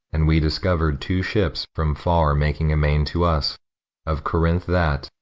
and we discovered two ships from far making amain to us of corinth that,